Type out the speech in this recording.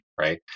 right